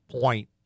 point